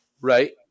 right